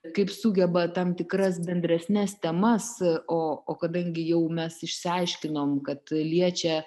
kaip sugeba tam tikras bendresnes temas o o kadangi jau mes išsiaiškinom kad liečia